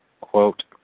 quote